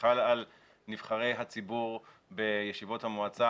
כחל על נבחרי הציבור בישיבות המועצה,